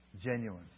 genuine